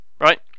Right